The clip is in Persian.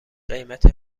قیمت